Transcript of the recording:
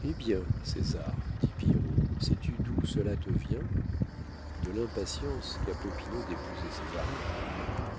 eh bien césar dit pillerault sais-tu d'où cela te vient de l'impatience qu'a popinot d'épouser césarine